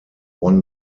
won